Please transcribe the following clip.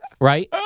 right